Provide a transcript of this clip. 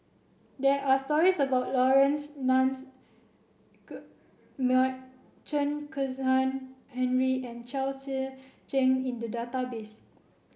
there are stories about Laurence Nunns Chen Kezhan Henri and Chao Tzee Cheng in the database